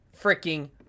freaking